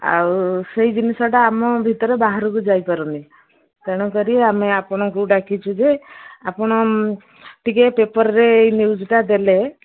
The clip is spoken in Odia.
ଆଉ ସେଇ ଜିନିଷଟା ଆମ ଭିତରେ ବାହାରକୁ ଯାଇପାରୁନି ତେଣୁକରି ଆମେ ଆପଣଙ୍କୁ ଡାକିଛୁ ଯେ ଆପଣ ଟିକେ ପେପରରେ ଏଇ ନିଉଜ୍ଟା ଦେଲେ